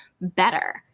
better